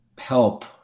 help